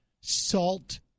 salt